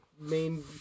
main